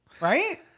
Right